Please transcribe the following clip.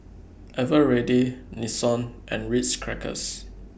Eveready Nixon and Ritz Crackers